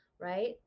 right